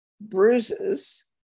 bruises